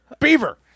Beaver